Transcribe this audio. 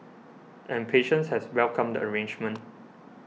and patients has welcomed the arrangement